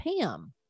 Pam